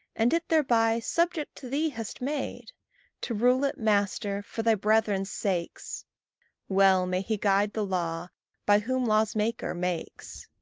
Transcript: and it thereby subject to thee hast made to rule it, master, for thy brethren's sakes well may he guide the law by whom law's maker makes.